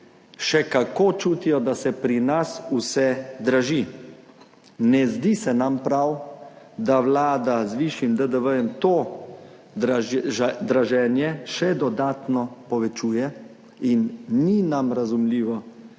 še kako čutijo, da se pri nas vse draži. Ne zdi se nam prav, da Vlada z višjim DDV to draženje še dodatno povečuje in ni nam razumljivo,